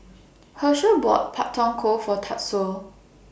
Hershell bought Pak Thong Ko For Tatsuo